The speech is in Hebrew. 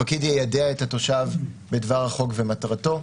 הפקיד יידע את התושב בדבר החוק ומטרתו,